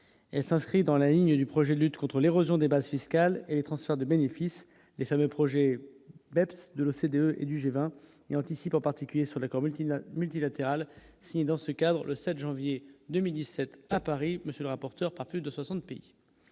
et s'inscrit dans la lignée du projet de lutte contre l'érosion des bases fiscales et les transferts de bénéfices des fameux projet d'de l'OCDE et du G20 et anticipe en particulier sur l'accord Multina multilatéral signé dans ce cadre, le 7 janvier 2017, à Paris, monsieur le rapporteur par plus de 60 pays